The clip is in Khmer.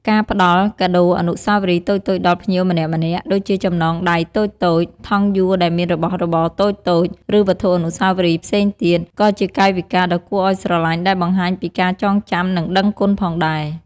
ការផ្តល់ កាដូអនុស្សាវរីយ៍ តូចៗដល់ភ្ញៀវម្នាក់ៗ ដូចជាចំណងដៃតូចៗ ថង់យួរដែលមានរបស់របរតូចៗ ឬវត្ថុអនុស្សាវរីយ៍ផ្សេងទៀត ក៏ជាកាយវិការដ៏គួរឲ្យស្រលាញ់ដែលបង្ហាញពីការចងចាំ និងដឹងគុណផងដែរ។